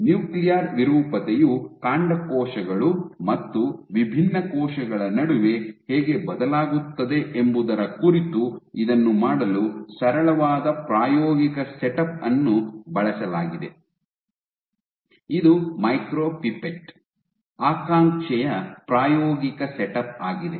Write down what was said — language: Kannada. ನ್ಯೂಕ್ಲಿಯರ್ ವಿರೂಪತೆಯು ಕಾಂಡಕೋಶಗಳು ಮತ್ತು ವಿಭಿನ್ನ ಕೋಶಗಳ ನಡುವೆ ಹೇಗೆ ಬದಲಾಗುತ್ತದೆ ಎಂಬುದರ ಕುರಿತು ಇದನ್ನು ಮಾಡಲು ಸರಳವಾದ ಪ್ರಾಯೋಗಿಕ ಸೆಟಪ್ ಅನ್ನು ಬಳಸಲಾಗಿದೆ ಇದು ಮೈಕ್ರೊಪಿಪೆಟ್ ಆಕಾಂಕ್ಷೆಯ ಪ್ರಾಯೋಗಿಕ ಸೆಟಪ್ ಆಗಿದೆ